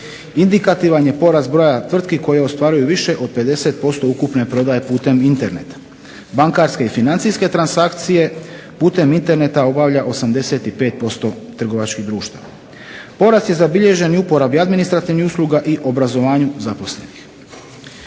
Indikativan je porast broja tvrtki koje ostvaruju više od 50% ukupne prodaje putem interneta, bankarske i financijske transakcije putem interneta obavlja 85% trgovačkih društava. Porast je zabilježen i u uporabi administrativnih usluga i obrazovanju zaposlenih.